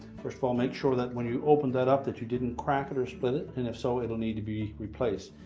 first of all, make sure that when you opened that up that you didn't crack it or split it, and if so, it'll need to be replaced.